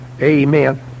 amen